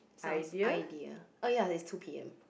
sounds idea oh ya that's two p_m